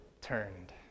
turned